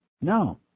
No